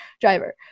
driver